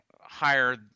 higher